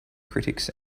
critics